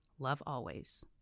lovealways